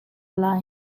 lai